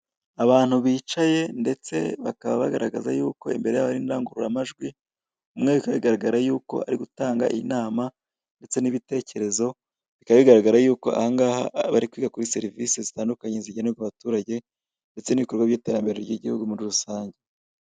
Abantu bicaye ndetse bakaba bagaragaza yuko imbere yabo hari indangururamajwi umwe bikaba bigaragara yuko ari gutanga inama ndetse n'ibitekerezo bikaba bigaragara yuko ahangaha bari kwiga kuri serivise zitandukanye zigenerwa abaturage ndetse n'ibikorwa by'iterambere ry'igihugu muri rusange.